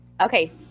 Okay